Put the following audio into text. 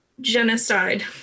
genocide